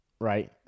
right